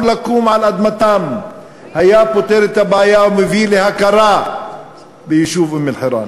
לקום על אדמתם היה פותר את הבעיה ומביא להכרה ביישוב אום-אלחיראן.